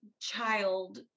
child